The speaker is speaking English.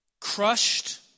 crushed